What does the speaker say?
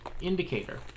indicator